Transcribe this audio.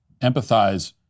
empathize